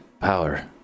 power